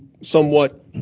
somewhat